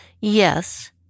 yes